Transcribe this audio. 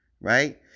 Right